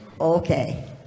Okay